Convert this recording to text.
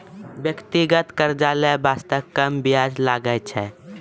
व्यक्तिगत कर्जा लै बासते कम बियाज लागै छै